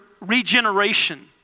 regeneration